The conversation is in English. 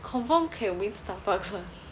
confirm can win Starbucks [one]